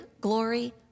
glory